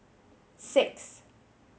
six